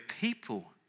people